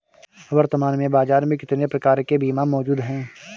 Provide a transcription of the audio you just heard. वर्तमान में बाज़ार में कितने प्रकार के बीमा मौजूद हैं?